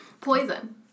Poison